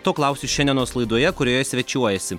to klausiu šiandienos laidoje kurioje svečiuojasi